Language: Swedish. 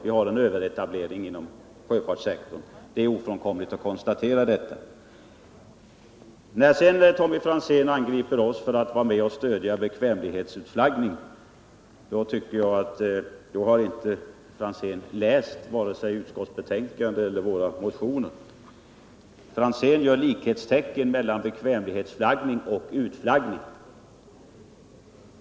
Det är en överkapacitet inom sjöfartssektorn. Det är ett ofrånkomligt faktum. När sedan Tommy Franzén angriper oss för att vara med och stödja bekvämlighetsflaggningen kan han inte ha läst vare sig utskottsbetänkandet eller våra motioner. Tommy Franzén sätter likhetstecken mellan bekvämlighetsflaggning och utflaggning.